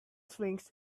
swings